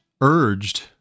urged